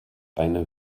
eine